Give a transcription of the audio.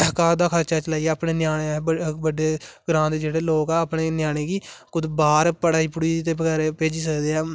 घर दा खर्चा चलाइये अपने न्याने बडे ग्रां दे जेहडे़ लोक ना़ अपने न्याने गी कुदे बाहर पढा़ई बगेरा भेजी सकदे